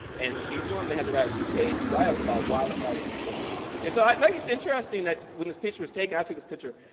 and each one they had to write a two page write-up about why the flag was important and so i think like it's interesting that when this picture was taken, i took this picture,